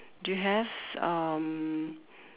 do you have um